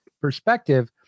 perspective